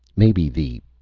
maybe the.